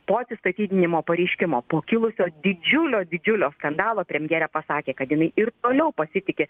po atsistatydinimo pareiškimo po kilusio didžiulio didžiulio skandalo premjerė pasakė kad jinai ir toliau pasitiki